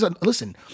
Listen